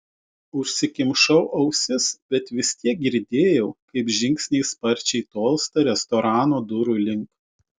užsikimšau ausis bet vis tiek girdėjau kaip žingsniai sparčiai tolsta restorano durų link